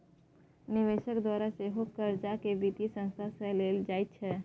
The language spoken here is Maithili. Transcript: निवेशकक द्वारा सेहो कर्जाकेँ वित्तीय संस्था सँ लेल जाइत छै